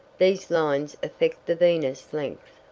these lines affect the venus length.